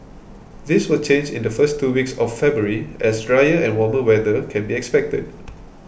this will change in the first two weeks of February as drier and warmer weather can be expected